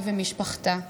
היא ומשפחתה.